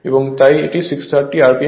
তাই এটি 630 rpm হবে